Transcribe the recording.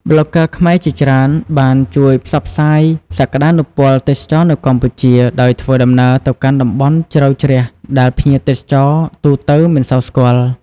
ប្លុកហ្គើខ្មែរជាច្រើនបានជួយផ្សព្វផ្សាយសក្ដានុពលទេសចរណ៍នៅកម្ពុជា ដោយធ្វើដំណើរទៅកាន់តំបន់ជ្រៅជ្រះដែលភ្ញៀវទេសចរទូទៅមិនសូវស្គាល់។